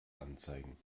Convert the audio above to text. anzeigen